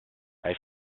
bei